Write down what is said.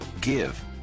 Give